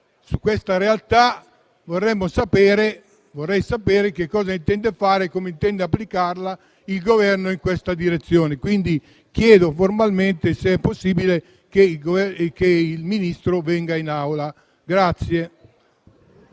su questa realtà, vorrei sapere che cosa intende fare e come intende applicarla il Governo. Quindi, chiedo formalmente se è possibile che il Ministro venga a riferire